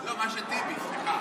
לא, מה שטיבי, סליחה.